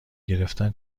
گرفتن